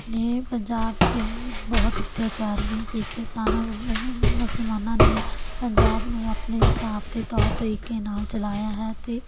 ਨੇ ਪੰਜਾਬ 'ਤੇ ਬਹੁਤ ਅੱਤਿਆਚਾਰ ਵੀ ਕੀਤੇ ਸਨ ਮੁਸਲਮਾਨਾਂ ਨੇ ਪੰਜਾਬ ਨੂੰ ਆਪਣੇ ਹਿਸਾਬ ਅਤੇ ਤੌਰ ਤਰੀਕੇ ਨਾਲ ਚਲਾਇਆ ਹੈ ਅਤੇ